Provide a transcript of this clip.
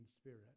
spirit